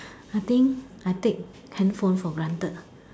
I think I take handphone for granted